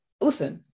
listen